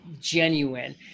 genuine